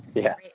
yeah.